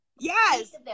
Yes